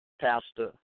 pastor